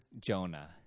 Jonah